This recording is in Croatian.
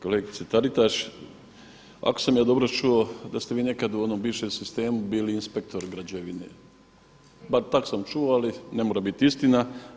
Kolegice Taritaš, ako sam ja dobro čuo da ste vi nekada u onom bivšem sistemu bili inspektor građevine, bar tako sam čuo, ali ne mora biti istina.